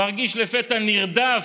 מרגיש לפתע נרדף,